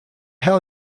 hell